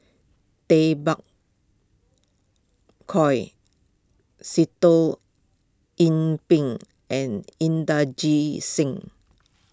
Tay Bak Koi Sitoh Yih Pin and Inderjit Singh